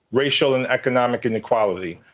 racial and economic inequality.